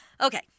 Okay